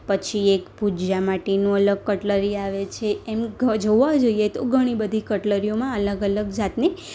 પછી એક ભુજીયા માટેનું અલગ કટલરી આવે છે એનું ઘ જોવા જઈએ તો ઘણી બધી કટલરીઓમા અલગ અલગ જાતની